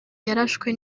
yarashwe